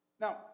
Now